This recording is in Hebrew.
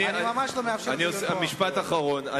אני ממש לא מאפשר דיון, טוב, משפט אחרון.